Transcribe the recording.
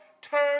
turn